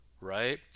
Right